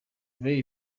ray